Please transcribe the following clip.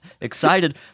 excited